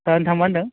हा नोंथां मा होनदों